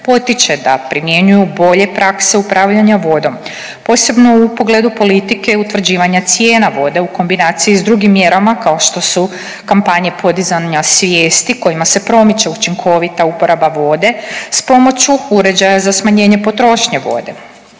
potiče da primjenjuju bolje prakse upravljanja vodom, posebno u pogledu politike utvrđivanja cijena vode u kombinaciji s drugim mjerama kao što su kampanje podizanja svijesti kojima se promiče učinkovita uporaba vode s pomoću uređaja za smanjenje potrošnje vode.